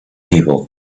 evil